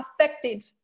affected